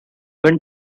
when